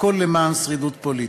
הכול למען שרידות פוליטית.